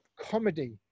comedy